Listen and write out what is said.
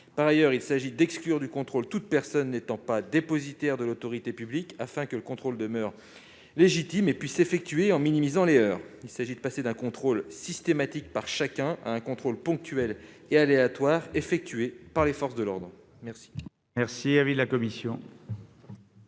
Par ailleurs, nous voulons exclure du contrôle toute personne non dépositaire de l'autorité publique, afin que ce contrôle demeure légitime et puisse s'effectuer en minimisant les heurts. Il s'agit de passer d'un contrôle systématique par chacun à un contrôle ponctuel et aléatoire effectué par les forces de l'ordre. Quel